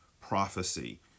prophecy